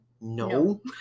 No